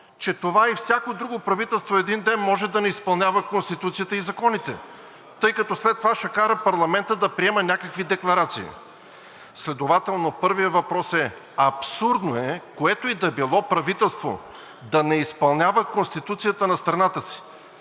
че това и всяко друго правителство един ден може да не изпълнява Конституцията и законите, тъй като след това ще кара парламента да приема някакви декларации. Следователно, първият въпрос е – абсурдно е което и да е било правителство да не изпълнява Конституцията на страната си.